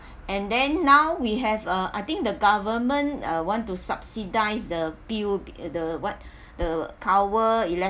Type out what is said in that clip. and then now we have uh I think the government uh want to subsidise the bill the what the cover